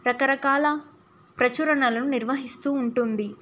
రకరకాల ప్రచురణలను నిర్వహిస్తూ ఉంటుంది